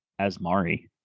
Asmari